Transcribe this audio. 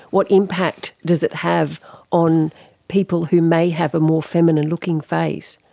what impact does it have on people who may have a more feminine looking face?